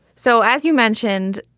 so as you mentioned,